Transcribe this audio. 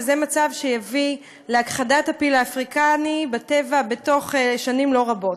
וזה מצב שיביא להכחדת הפיל האפריקני בטבע בתוך שנים לא רבות.